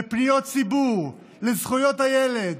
לפניות ציבור, לזכויות הילד.